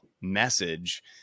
message